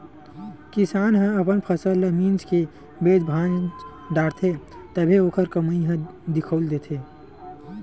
किसान ह अपन फसल ल मिंज के बेच भांज डारथे तभे ओखर कमई ह दिखउल देथे